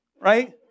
right